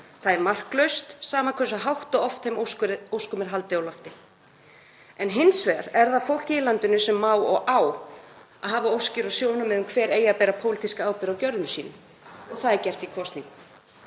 Það er marklaust, sama hversu hátt og oft þeim óskum er haldið á lofti. En hins vegar er það fólkið í landinu sem má og á að hafa óskir og sjónarmið um hver eigi að bera pólitíska ábyrgð á gjörðum sínum og það er gert í kosningum.